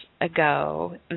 ago